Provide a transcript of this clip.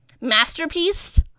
Masterpiece